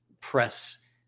press